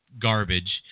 Garbage